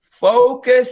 Focus